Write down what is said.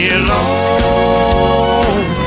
alone